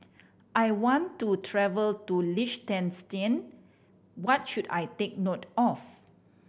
I want to travel to Liechtenstein what should I take note of